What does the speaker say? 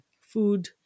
food